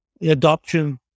adoption